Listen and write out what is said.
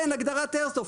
אין הגדרת איירסופט.